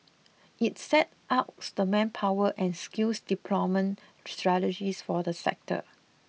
it set outs the manpower and skills development strategies for the sector